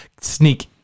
sneak